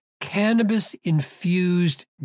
cannabis-infused